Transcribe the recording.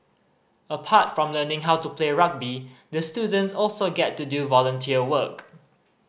apart from learning how to play rugby the students also get to do volunteer work